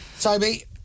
Toby